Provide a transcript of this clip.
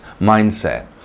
mindset